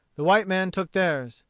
the white men took theirs.